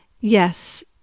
Yes